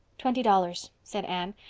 twenty dollars, said anne,